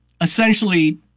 essentially